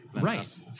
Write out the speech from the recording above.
Right